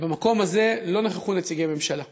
ובמקום הזה לא נכחו נציגי ממשלה.